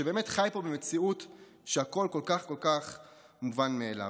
שבאמת חי פה במציאות שבה הכול כל כך מובן מאליו.